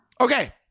okay